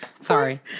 Sorry